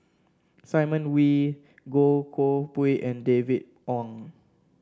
Simon Wee Goh Koh Pui and David Wong